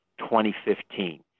2015